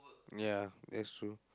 ya that's true